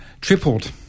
tripled